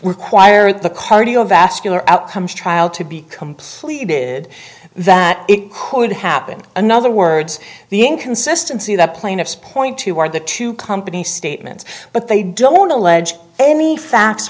require the cardiovascular outcomes trial to be completed that it could happen another words the inconsistency that plaintiffs point to are the two companies statements but they don't want to ledge any facts